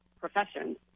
professions